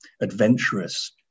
adventurous